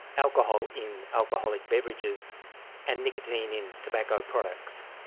alcohol in alcoholic beverages and nicotine in tobacco products.